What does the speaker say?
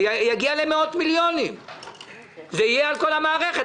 זה יגיע למאות מיליוני שקלים וזה יהיה על כל המערכת.